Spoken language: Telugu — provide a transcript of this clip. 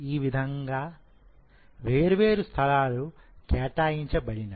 ఈ విధంగా వేర్వేరు స్థలాలు కేటాయించబడినవి